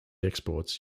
exports